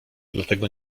dlatego